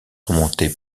remontées